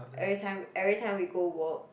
every time every time we go work